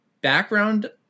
background